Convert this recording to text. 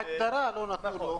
לא קיבל.